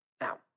Now